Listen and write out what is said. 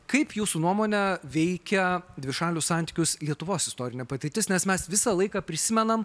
kaip jūsų nuomone veikia dvišalius santykius lietuvos istorinė patirtis nes mes visą laiką prisimenam